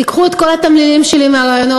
תיקחו את כל התמלילים שלי מהראיונות,